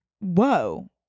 Whoa